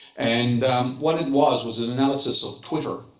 and what it was was an analysis of twitter,